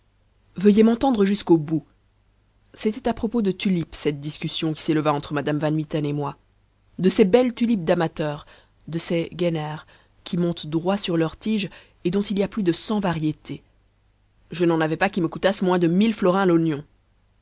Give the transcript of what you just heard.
veuillez m'entendre jusqu'au bout c'était à propos de tulipes cette discussion qui s'éleva entre madame van mitten et moi de ces belles tulipes d'amateurs de ces genners qui montent droit sur leur tige et dont il y a plus de cent variétés je n'en avais pas qui me coûtassent moins de mille florins l'oignon